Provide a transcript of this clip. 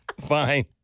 Fine